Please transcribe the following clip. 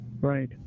right